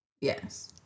Yes